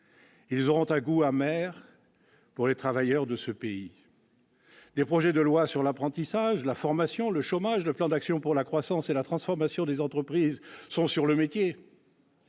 ils auront un goût amer pour les travailleurs de ce pays. Des projets de loi sur l'apprentissage, sur la formation, sur le chômage et le plan d'action pour la croissance et la transformation des entreprises sont sur le métier